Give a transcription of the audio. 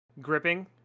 gripping